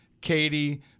Katie